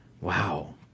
wow